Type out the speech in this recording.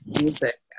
music